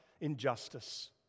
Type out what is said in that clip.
injustice